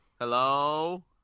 Hello